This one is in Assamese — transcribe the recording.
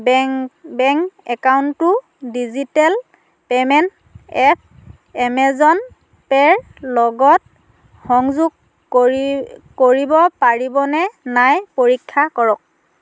বেং বেংক একাউণ্টটো ডিজিটেল পে'মেণ্ট এপ এমেজন পে'ৰ লগত সংযোগ কৰি কৰিব পাৰিনে নাই পৰীক্ষা কৰক